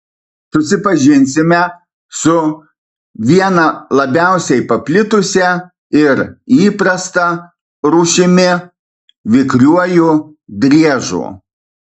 susipažinsime su viena labiausiai paplitusia ir įprasta rūšimi vikriuoju driežu